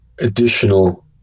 additional